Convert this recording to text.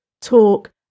talk